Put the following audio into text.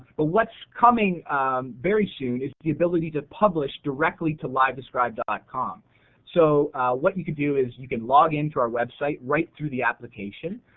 but what's coming very soon is the ability to publish directly to livedescribe dot com so what you can do is you can log in to our website, right through the application,